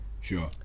Sure